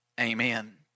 amen